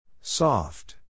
Soft